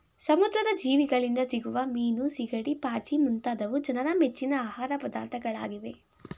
ಸಮುದ್ರದ ಜೀವಿಗಳಿಂದ ಸಿಗುವ ಮೀನು, ಸಿಗಡಿ, ಪಾಚಿ ಮುಂತಾದವು ಜನರ ಮೆಚ್ಚಿನ ಆಹಾರ ಪದಾರ್ಥಗಳಾಗಿವೆ